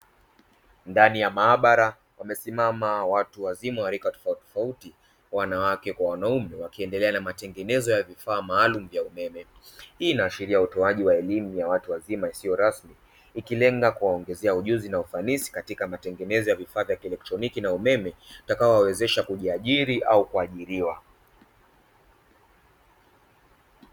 Ndani ya maabara, wamesimama watu wazima wa rika tofauti tofauti, wanawake kwa wanaume, wakiendelea na matengenezo ya vifaa maalumu vya umeme. Hii inaashiria utoaji wa elimu ya watu wazima isiyo rasmi, ikilenga kuwaongezea ujuzi na ufanisi katika matengenezo ya vifaa vya kielektroniki na umeme, utakao wawezesha kujiari au kuajiriwa.